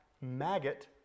maggot